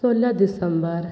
सोलह दिसम्बर